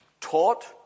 taught